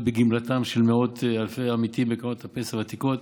בגמלתם של מאות אלפי העמיתים בקרנות הפנסיה הוותיקות,